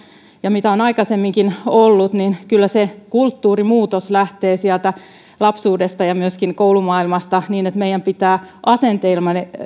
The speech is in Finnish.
ja mitä on aikaisemminkin ollut niin kyllä se kulttuurin muutos lähtee sieltä lapsuudesta ja koulumaailmasta niin että meidän pitää asenteillamme